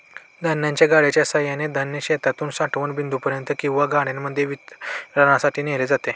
धान्याच्या गाड्यांच्या सहाय्याने धान्य शेतातून साठवण बिंदूपर्यंत किंवा गाड्यांमध्ये वितरणासाठी नेले जाते